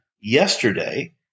yesterday